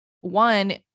one